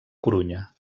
corunya